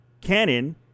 canon